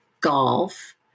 golf